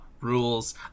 rules